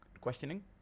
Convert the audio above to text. Questioning